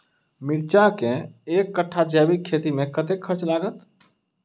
मिर्चा केँ एक कट्ठा जैविक खेती मे कतेक खर्च लागत?